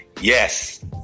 Yes